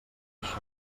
això